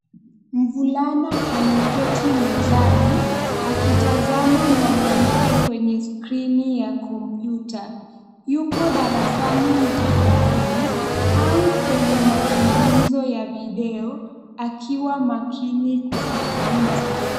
Mvulana ameketi mezani, akitazama mwanamke kwenye skrini ya komputa. Yuko darasani mtandaoni au kwenye mazungumzo ya video, akiwa makini kusikiliza.